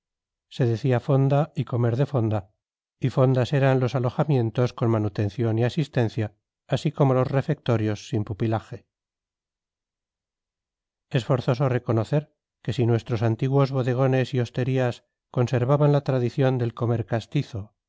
decía fonda y comer de fonda y fondas eran los alojamientos con manutención y asistencia así como los refectorios sin pupilaje es forzoso reconocer que si nuestros antiguos bodegones y hosterías conservaban la tradición del comer castizo